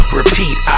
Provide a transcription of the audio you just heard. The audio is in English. repeat